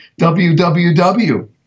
WWW